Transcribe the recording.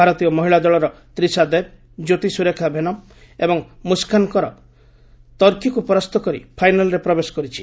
ଭାରତୀୟ ମହିଳା ଦଳର ତ୍ରୀସା ଦେବ୍ ଜ୍ୟୋତି ସୁରେଖା ଭେନମ୍ ଏବଂ ମୁସ୍କାନ କର ତର୍କୀକୁ ପରାସ୍ତ କରି ଫାଇନାଲ୍ରେ ପ୍ରବେଶ କରିଛି